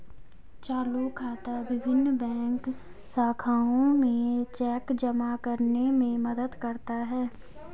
चालू खाता विभिन्न बैंक शाखाओं में चेक जमा करने में मदद करता है